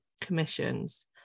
commissions